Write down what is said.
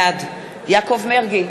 בעד יעקב מרגי,